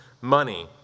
money